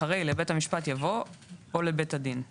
אחרי "לבית המשפט" יבוא "או לבית הדין";